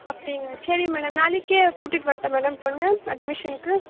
அப்படிங்களா சரி மேடம் நாளைக்கே கூட்டிகிட்டு வரட்டா மேடம் பொண்ணு அட்மிஷனுக்கு